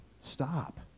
Stop